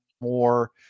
more